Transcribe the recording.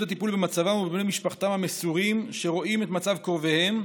הטיפול במצבם ובבני משפחתם המסורים שרואים את מצב קרוביהם,